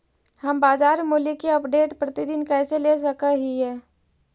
हम बाजार मूल्य के अपडेट, प्रतिदिन कैसे ले सक हिय?